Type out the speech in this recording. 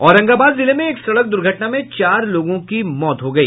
औरंगाबाद जिले में एक सड़क दूर्घटना में चार लोगों की मौत हो गई